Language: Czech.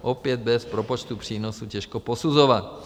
Opět bez propočtu přínosu, těžko posuzovat.